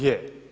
Je.